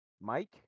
Mike